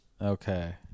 Okay